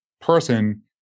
person